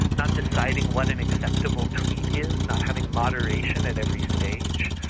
not deciding what an acceptable tweet is, not having moderation at every stage,